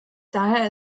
daher